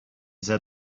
said